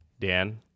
Dan